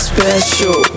Special